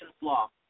law